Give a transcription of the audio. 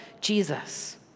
Jesus